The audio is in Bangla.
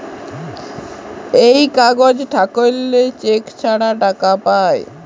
এই কাগজ থাকল্যে চেক ছাড়া টাকা পায়